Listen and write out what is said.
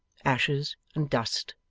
ashes, and dust,